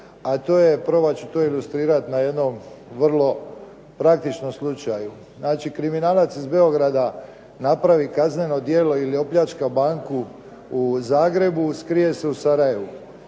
a to je probat ću to ilustrirati na jednom vrlo praktičnom slučaju. Znači kriminalac iz Beograda napravi kazneno djelo ili opljačka banku u Zagrebu, skrije se u Sarajevu.